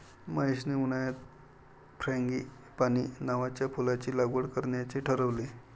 महेशने उन्हाळ्यात फ्रँगीपानी नावाच्या फुलाची लागवड करण्याचे ठरवले